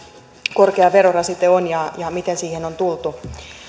korkea verorasite on ja miten siihen on tultu